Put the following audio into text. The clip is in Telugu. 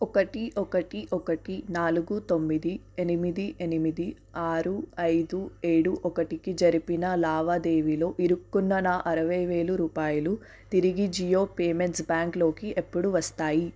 ఒకటి ఒకటి ఒకటి నాలుగు తొమ్మిది ఎనిమిది ఎనిమిది ఆరు ఐదు ఏడు ఒకటికి జరిపిన లావాదేవీలో ఇరుక్కున్న నా అరవై వేలు రూపాయలు తిరిగి జియో పేమెంట్స్ బ్యాంక్లోకి ఎప్పుడు వస్తాయి